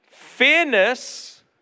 Fairness